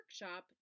workshop